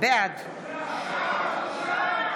בעד בושה.